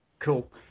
Cool